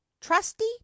trusty